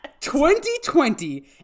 2020